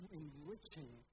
enriching